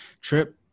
Trip